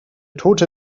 tote